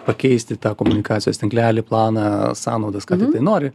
pakeisti tą komunikacijos tinklelį planą sąnaudas kada tai nori